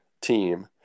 team